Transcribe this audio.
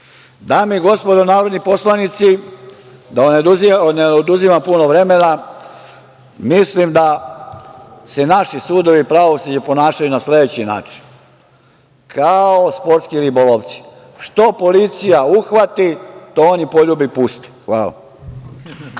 i gospodo narodni poslanici, da vam ne oduzimam puno vremena, mislim da se naši sudovi pravosuđa ponašaju na sledeći način, kao sportski ribolovci, što policija uhvati, to oni poljube i puste. Hvala.